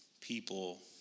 people